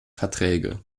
verträge